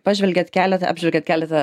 pažvelgiat keletą apžvelgiat keletą